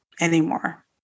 anymore